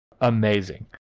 amazing